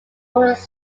was